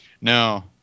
No